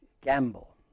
gamble